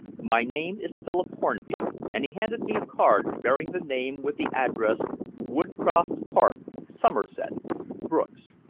my name is philip hornby, and he handed me a card bearing the name with the addresses woodcroft park, somerset brook's.